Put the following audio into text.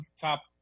top